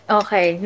okay